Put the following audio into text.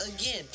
again